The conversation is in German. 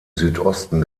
südosten